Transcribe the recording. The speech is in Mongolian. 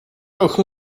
охин